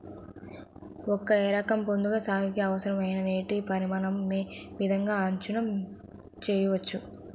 ఒక ఎకరం పొగాకు సాగుకి అవసరమైన నీటి పరిమాణం యే విధంగా అంచనా వేయవచ్చు?